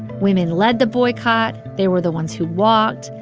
women led the boycott. they were the ones who walked,